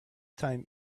time